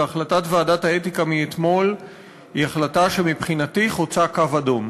והחלטת ועדת האתיקה מאתמול היא החלטה שמבחינתי חוצה קו אדום.